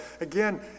again